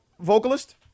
vocalist